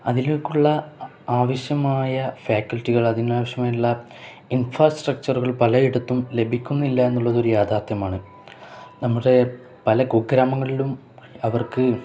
അതിലേക്കുള്ള ആവശ്യമായ ഫാക്കൽറ്റികൾ അതിനാവശ്യമായുള്ള ഇൻഫ്രാസ്ട്രക്ചറുകൾ പലയിടത്തും ലഭിക്കുന്നില്ലാ എന്നുള്ളതൊരു യാഥാർഥ്യമാണ് നമ്മുടെ പല കുഗ്രാമങ്ങളിലും അവർക്ക്